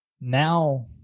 now